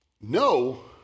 No